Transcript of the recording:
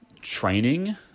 training